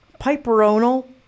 Piperonal